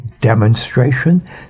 demonstration